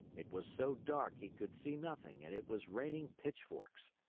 it was so dark he could see nothing and it was raining pitchforks.